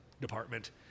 department